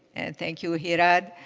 and thank you, hirad,